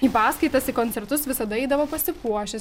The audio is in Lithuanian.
į paskaitas į koncertus visada eidavo pasipuošęs